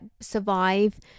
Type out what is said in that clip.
survive